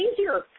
easier